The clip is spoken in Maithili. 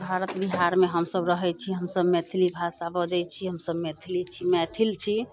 भारत बिहारमे हमसभ रहैत छी हमसभ मैथिली भाषा बजैत छियै हमसभ मैथिली छी मैथिल छी